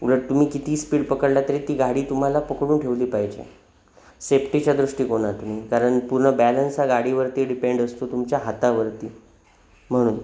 उलट तुम्ही कितीही स्पीड पकडला तरी ती गाडी तुम्हाला पकडून ठेवली पाहिजे सेफ्टीच्या दृष्टिकोनातून कारण पूर्ण बॅलन्स हा गाडीवरती डिपेंड असतो तुमच्या हातावरती म्हणून